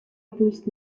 دوست